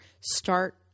start